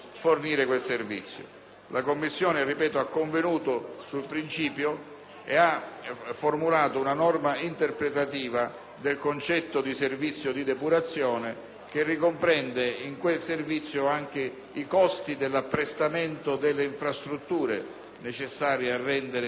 una norma interpretativa del concetto di servizio di depurazione che ricomprende anche i costi dell'apprestamento delle infrastrutture necessarie a rendere il servizio, quindi la progettualità e gli investimenti relativi agli impianti di depurazione.